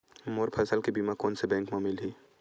मोर फसल के बीमा कोन से बैंक म मिलही?